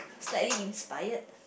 slightly inspired